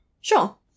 Sure